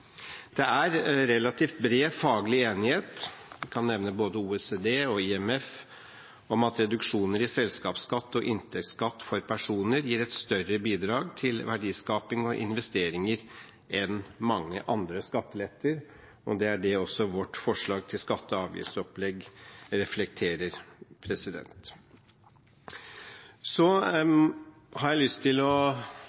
Det er relativt bred faglig enighet – jeg kan nevne både OECD og IMF – om at reduksjoner i selskapsskatt og inntektsskatt for personer gir et større bidrag til verdiskaping og investeringer enn mange andre skatteletter, og det er det vårt forslag til skatte- og avgiftsopplegg også reflekterer. Så har jeg lyst til å